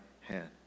hand